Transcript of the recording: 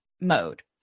mode